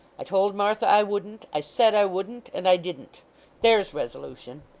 i told martha i wouldn't i said i wouldn't, and i didn't there's resolution